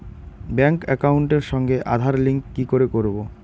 Bank একাউন্টের সঙ্গে Aadhaar link কি করে করবো?